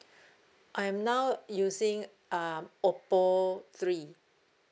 I'm now using uh oppo three